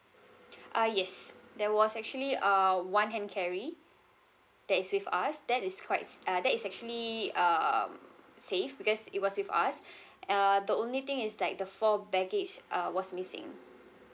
uh yes there was actually uh one hand carry that is with us that is quite uh that is actually um safe because it was with us uh the only thing is that the four baggage uh was missing